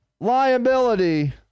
liability